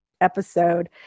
episode